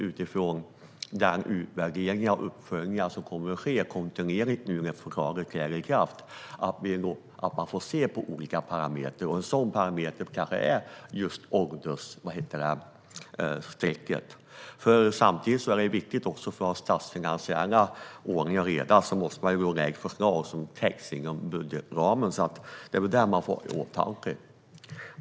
Utifrån den utvärdering och uppföljning som kommer att ske kontinuerligt efter det att förslaget trätt i kraft är det rimligt att man ser på olika parametrar, och en sådan parameter kan vara just åldersstrecket. Samtidigt är det viktigt för den statsfinansiella ordningen och redan att man lägger fram förslag som har täckning inom budgetramen, och det får man ha i åtanke.